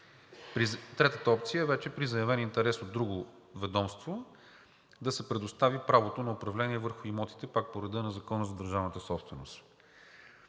третата опция е при заявен интерес от друго ведомство да се предостави правото на управление върху имотите отново по реда на Закона за държавната собственост.